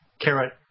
Carrot